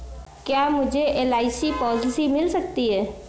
क्या मुझे LIC policy मिल सकती है?